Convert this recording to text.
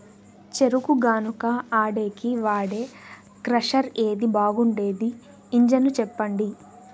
చెరుకు గానుగ ఆడేకి వాడే క్రషర్ ఏది బాగుండేది ఇంజను చెప్పండి?